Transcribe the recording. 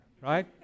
right